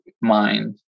mind